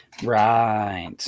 right